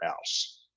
else